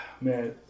man